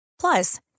Plus